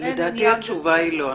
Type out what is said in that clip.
לדעתי התשובה היא לא.